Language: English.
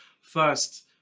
First